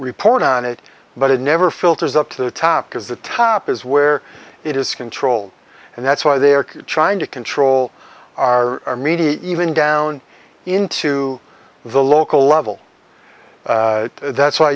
report on it but it never filters up to the top because the top is where it is controlled and that's why they are trying to control our media even down into the local level that's why